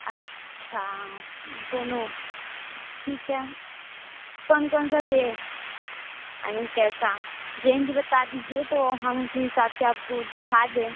अच्छा दोनों ठीक है कौन कौन सा दें आई मीन कैसा रेंज बता दीजिए तो हम उसी हिसाब से आपको दिखा दें